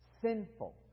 sinful